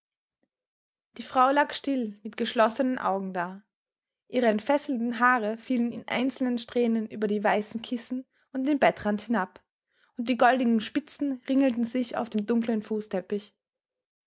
die frau lag still mit geschlossenen augen da ihre entfesselten haare fielen in einzelnen strähnen über die weißen kissen und den bettrand hinab und die goldigen spitzen ringelten sich auf dem dunklen fußteppich